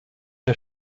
der